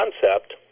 concept